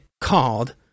called